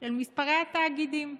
של מספרי התאגידים.